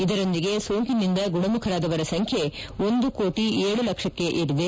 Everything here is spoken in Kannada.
ಇದರೊಂದಿಗೆ ಸೋಂಕಿನಿಂದ ಗುಣಮುಖರಾದವರ ಸಂಖ್ಯೆ ಒಂದು ಕೋಟಿ ಏಳು ಲಕ್ಷಕ್ಷೆ ಏರಿದೆ